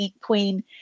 queen